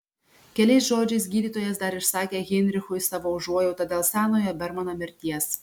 keliais žodžiais gydytojas dar išsakė heinrichui savo užuojautą dėl senojo bermano mirties